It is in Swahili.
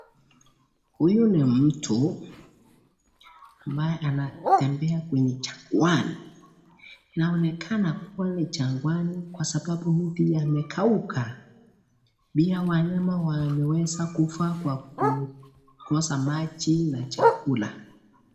Huyu ni mtu ambaye anatembea kwenye jagwani. Inaonekana kuwa ni jagwani kwa sababu yamekauka pia wanyama wameweza kufa kwa kukosa maji na chakula.